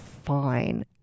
Fine